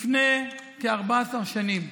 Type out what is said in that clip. לפני כ-14 שנים,